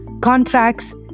contracts